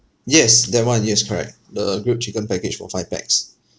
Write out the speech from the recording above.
yes that [one] yes correct the grilled chicken package for five pax